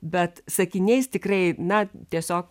bet sakiniais tikrai na tiesiog